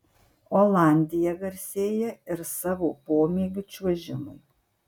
olandija garsėja ir savo pomėgiu čiuožimui